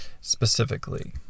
specifically